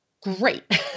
great